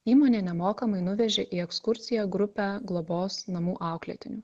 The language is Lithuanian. įmonė nemokamai nuvežė į ekskursiją grupę globos namų auklėtinių